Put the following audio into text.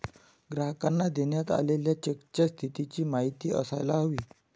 ग्राहकांना देण्यात आलेल्या चेकच्या स्थितीची माहिती असायला हवी